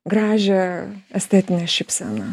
gražią estetinę šypseną